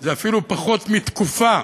זה אפילו פחות מתקופה